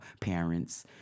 Parents